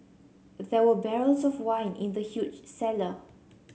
there were barrels of wine in the huge cellar